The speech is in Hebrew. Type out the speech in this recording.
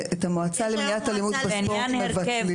את המועצה למניעת אלימות בספורט מבטלים,